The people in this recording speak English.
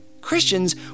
Christians